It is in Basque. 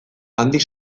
handik